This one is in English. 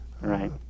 Right